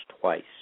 twice